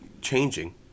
Changing